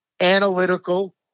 analytical